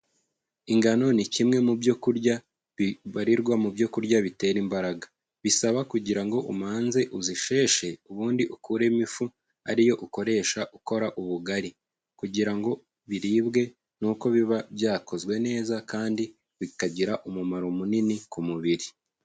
Ingano ni kimwe mu byo kurya bibarirwa mu byo kurya bitera imbaraga, bisaba kugira ngo umanze uzisheshe ubundi ukuremo ifu ari yo ukoresha ukora ubugari, kugira ngo biribwe n'uko biba byakozwe neza kandi bikagira umumaro munini ku mubiri.